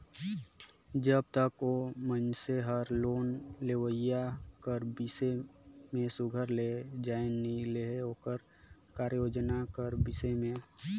जब तक ओ मइनसे हर लोन लेहोइया कर बिसे में सुग्घर ले जाएन नी लेहे ओकर कारयोजना कर बिसे में